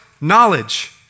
knowledge